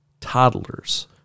toddlers